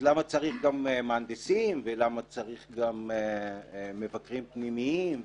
למה צריך מהנדסים ולמה צריך גם מבקרים פנימיים?